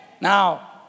Now